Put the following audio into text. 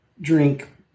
drink